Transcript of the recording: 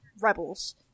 rebels